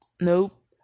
Nope